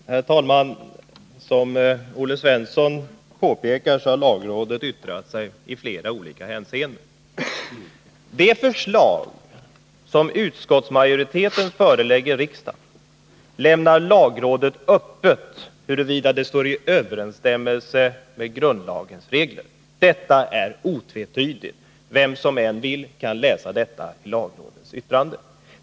Herr talman! Som Olle Svensson påpekar har lagrådet yttrat sig i flera olika hänseenden. Lagrådet lämnar öppet huruvida det speciella förslag som utskottsmajoriteten förelägger riksdagen står i överensstämmelse med grundlagens regler. Detta är otvetydigt. Vem som vill kan läsa detta i lagrådets yttrande.